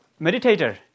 meditator